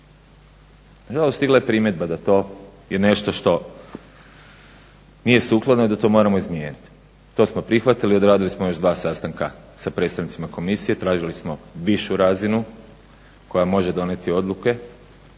Nažalost, stigla je primjedba da to je nešto što nije sukladno i da to moramo izmijeniti. To smo prihvatili i odradili smo još dva sastanka sa predstavnicima komisije, tražili smo višu razinu koja može donijeti odluke